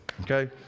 Okay